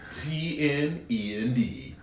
T-N-E-N-D